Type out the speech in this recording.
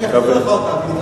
אני אחזיר לך אותה בהזדמנות.